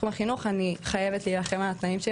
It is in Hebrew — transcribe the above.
החינוך אני חייבת להילחם שלי,